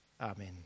Amen